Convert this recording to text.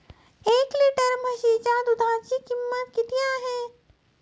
एक लिटर म्हशीच्या दुधाची किंमत किती आहे?